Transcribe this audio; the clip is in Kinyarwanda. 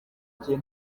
igihe